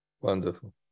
Wonderful